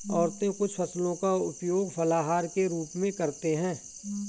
औरतें कुछ फसलों का उपयोग फलाहार के रूप में करते हैं